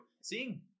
seeing